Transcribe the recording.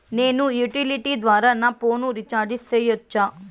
నేను యుటిలిటీ ద్వారా నా ఫోను రీచార్జి సేయొచ్చా?